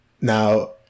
Now